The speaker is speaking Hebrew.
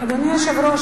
אדוני היושב-ראש,